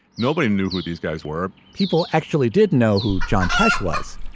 nobody knew who these guys were people actually did know who john tesh was,